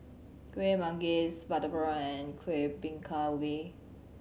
Kueh Manggis butter prawn and Kuih Bingka Ubi